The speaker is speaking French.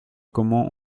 comment